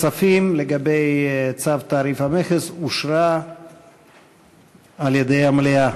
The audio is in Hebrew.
בדבר אישור צו תעריף המכס אושרה על-ידי המליאה.